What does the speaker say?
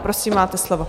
Prosím, máte slovo.